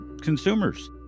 consumers